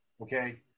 Okay